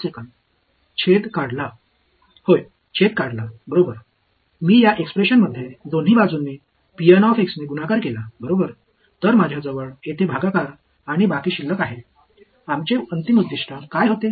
மாணவர்Refer Time 1028டினாமினேடர்அகற்றப்பட்டது ஆமாம் டினாமினினேடர்களை நீக்கிவிட்டேன் இந்த வெளிப்பாட்டில் நான் இங்கே இருபுறமும் ஆல் பெருக்கினேன்